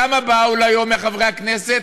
כמה באו ליום מחברי הכנסת?